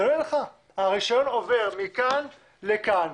הרישיון עובר מכאן לכאן.